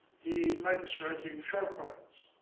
he likes writing short poems.